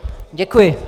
Děkuji.